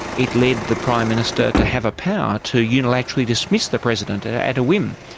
it led the prime minister to have a power to unilaterally dismiss the president ah at a whim.